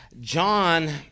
John